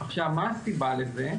עכשיו, מה הסיבה לזה?